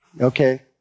Okay